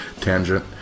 Tangent